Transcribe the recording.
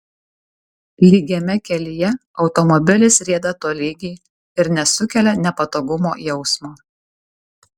lygiame kelyje automobilis rieda tolygiai ir nesukelia nepatogumo jausmo